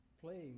playing